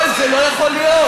יואל, זה לא יכול להיות.